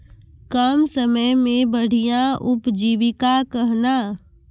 कम समय मे बढ़िया उपजीविका कहना?